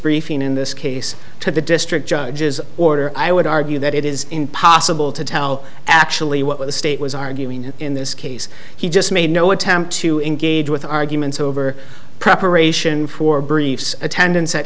briefing in this case to the district judge's order i would argue that it is impossible to tell actually what the state was arguing it in this case he just made no attempt to engage with arguments over preparation for briefs attendance at